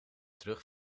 terug